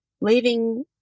leaving